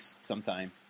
sometime